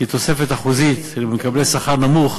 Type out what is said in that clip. כי תוספת אחוזית למקבלי שכר נמוך,